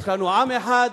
יש לנו עם אחד.